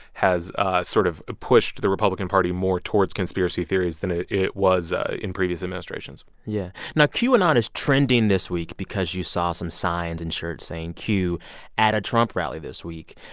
has sort of pushed the republican party more towards conspiracy theories than it it was ah in previous administrations yeah. now, qanon and um is trending this week because you saw some signs and shirts saying q at a trump rally this week.